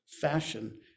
fashion